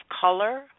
color